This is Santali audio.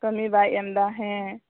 ᱠᱟᱢᱤ ᱵᱟᱭ ᱮᱢ ᱫᱟ ᱦᱮᱸ